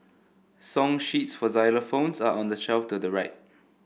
song sheets for xylophones are on the shelf to your right